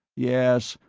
yes,